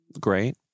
great